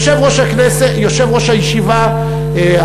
יושב-ראש הישיבה,